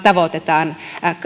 tavoitellaan